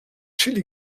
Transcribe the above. chili